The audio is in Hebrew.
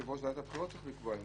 יושב-ראש ועדת הבחירות צריך לקבוע.